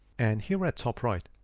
and here at top right,